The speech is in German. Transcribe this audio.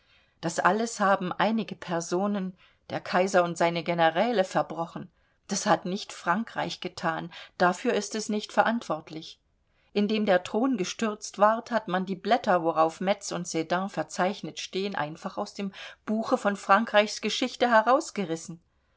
das alles haben einige personen der kaiser und seine generäle verbrochen das hat nicht frankreich gethan dafür ist es nicht verantwortlich indem der thron gestürzt ward hat man die blätter worauf metz und sedan verzeichnet stehen einfach aus dem buche von frankreichs geschichte herausgerissen